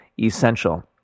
ESSENTIAL